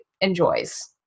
enjoys